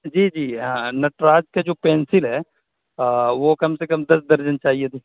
جی جی ہاں نٹراج کا جو پنسل ہے وہ کم سے کم دس درجن چاہیے تھی